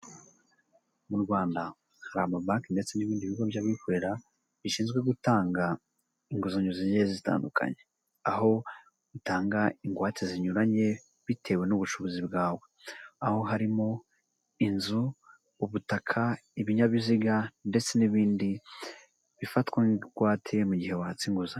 Mu Rwanda hari amabanki ndetse n'ibindi bigo by'abikorera bishinzwe gutanga inguzanyo zigiye zitandukanye aho bitanga ingwate zinyuranye bitewe n'ubushobozi bwawe.. Aho harimo inzu, ubutaka, ibinyabiziga ndetse n'ibindi bifatwa nk'ingwate mu gihe watse inguzanyo.